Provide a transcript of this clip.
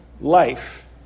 life